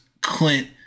Clint